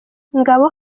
ngabo